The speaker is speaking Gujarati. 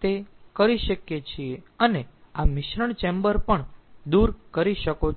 તે કરી શકીએ છીએ અને આ મિશ્રણ ચેમ્બર પણ દૂર કરી શકો છો